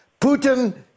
Putin